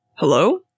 Hello